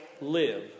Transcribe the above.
live